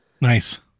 Nice